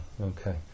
okay